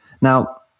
Now